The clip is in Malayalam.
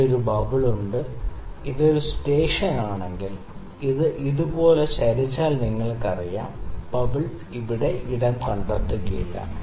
ഇവിടെ ഒരു ബബിൾ ഉണ്ട് ഇത് ഒരു സ്റ്റേഷൻ ആണെങ്കിൽ ഇത് ഇതുപോലെ ചരിഞ്ഞാൽ നിങ്ങൾക്കറിയാം ബബിൾ ഇവിടെ ഇടം കണ്ടെത്തുകയില്ല